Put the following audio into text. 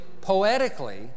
poetically